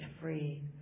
free